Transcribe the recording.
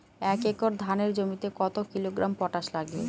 এক একর ধানের জমিতে কত কিলোগ্রাম পটাশ লাগে?